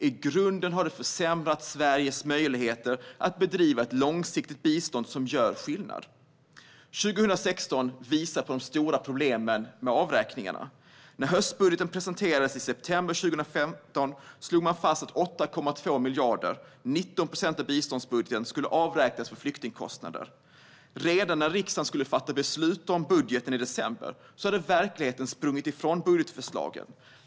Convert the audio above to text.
I grunden har de försämrat Sveriges möjligheter att bedriva ett långsiktigt bistånd som gör skillnad. År 2016 visade på de stora problemen med avräkningarna. När höstbudgeten presenterades i september 2015 slog man fast att 8,2 miljarder, 19 procent, av biståndsbudgeten skulle avräknas för flyktingkostnader. Redan när riksdagen skulle fatta beslut om budgeten i december hade verkligheten sprungit ifrån budgetförslaget.